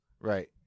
Right